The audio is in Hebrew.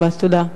תודה רבה.